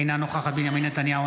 אינה נוכחת בנימין נתניהו,